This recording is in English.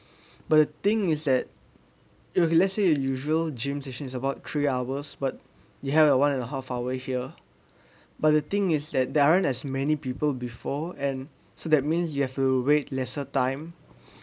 but the thing is that it will let's say usual gym session is about three hours but you have a one and a half-hour here but the thing is that aren't as many people before and so that means you have to wait lesser time